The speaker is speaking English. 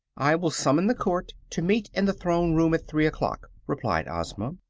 i will summon the court to meet in the throne room at three o'clock, replied ozma.